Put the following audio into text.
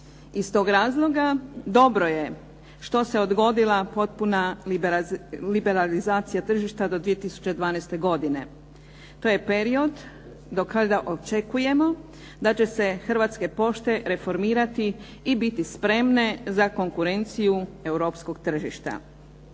Iz toga razloga dobro je što se odgodila potpuna liberalizacija tržišta do 2012. godine. To je period do kada očekujemo da će se Hrvatske pošte reformirati i biti spremne za konkurenciju europskog tržišta.